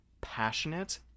passionate